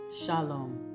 Shalom